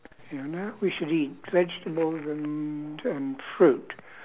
you know we should eat vegetables and um fruit